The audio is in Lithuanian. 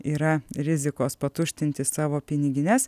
yra rizikos patuštinti savo pinigines